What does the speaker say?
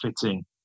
fitting